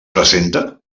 presenta